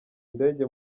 ndege